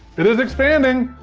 it is expanding!